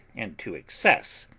and to excess.